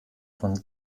von